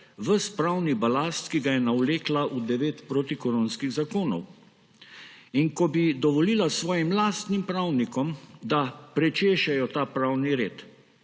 ves pravni balast, ki ga je navlekla v devetih protikoronskih zakonih, in ko bi dovolila svojim lastnim pravnikom, da prečešejo ta pravni red,